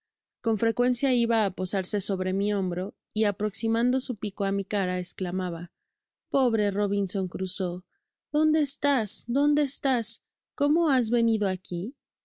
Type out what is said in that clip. con frecuencia iba á posarse sobre mi hombro y aproximando su pico á mi cara esclamaba pobre robin crusoé dónde estás dónde estas cómo has ve nido aqui